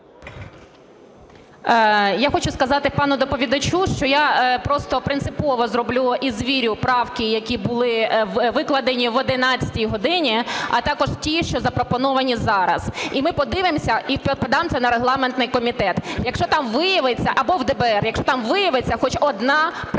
Я хочу сказати пану доповідачу, що я просто принципово зроблю і звірю правки, які були викладені об 11 годині, а також ті, що запропоновані зараз, і ми подивимося, і подам це на регламентний комітет або в ДБР, якщо там виявиться хоч одна правка,